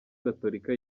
gatolika